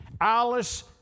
Alice